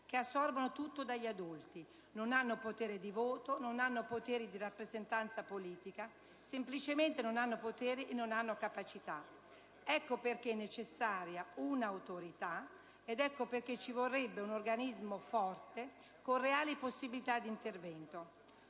che assorbono tutto dagli adulti, non hanno potere di voto, non hanno potere di rappresentanza politica: semplicemente non hanno potere e non hanno capacità! Ecco perché è necessaria un'Autorità ed ecco perché ci vorrebbe un organismo forte, con reali possibilità di intervento.